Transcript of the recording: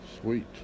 Sweet